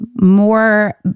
more